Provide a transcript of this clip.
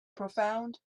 profound